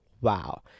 wow